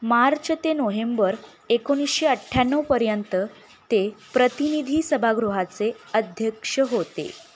मार्च ते नोहेंबर एकोणीसशे अठ्ठ्याण्णवपर्यंत ते प्रतिनिधी सभागृहाचे अध्यक्ष होते